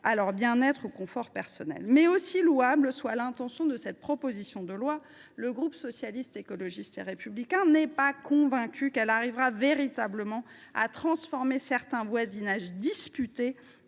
à leur bien être ou à leur confort personnel. Cependant, aussi louable soit l’intention des auteurs de cette proposition de loi, le groupe Socialiste, Écologiste et Républicain n’est pas convaincu qu’elle arrivera véritablement à transformer certains voisinages disputés